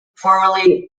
formerly